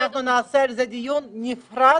אנחנו נעשה על זה דיון נפרד.